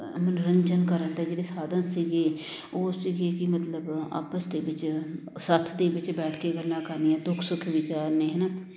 ਮਨੋਰੰਜਨ ਕਰਨ ਦੇ ਜਿਹੜੇ ਸਾਧਨ ਸੀਗੇ ਉਹ ਸੀਗੇ ਕਿ ਮਤਲਬ ਆਪਸ ਦੇ ਵਿੱਚ ਸੱਥ ਦੇ ਵਿੱਚ ਬੈਠ ਕੇ ਗੱਲਾਂ ਕਰਨੀਆਂ ਦੁੱਖ ਸੁੱਖ ਵਿਚਾਰਨੇ ਹੈ ਨਾ